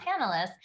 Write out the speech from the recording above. panelists